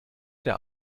der